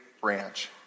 branch